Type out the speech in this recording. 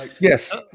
Yes